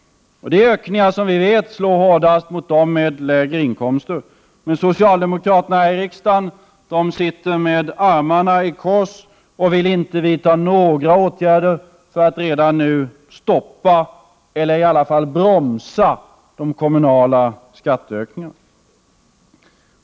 Det är höjningar som vi vet slår hårdast mot dem med lägre inkomster. Men socialdemokraterna här i riksdagen sitter med armarna i kors och vill inte vidta några åtgärder för att redan nu stoppa eller i alla fall bromsa kommunalskatteökningarna.